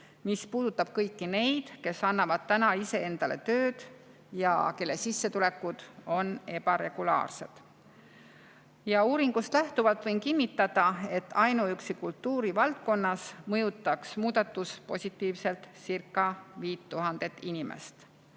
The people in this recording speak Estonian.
mis puudutab kõiki neid, kes annavad täna iseendale tööd ja kelle sissetulekud on ebaregulaarsed. Uuringust lähtuvalt võin kinnitada, et ainuüksi kultuurivaldkonnas mõjutaks muudatus positiivseltcirca5000 inimest.